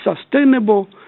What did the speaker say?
sustainable